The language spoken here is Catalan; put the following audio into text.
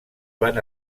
van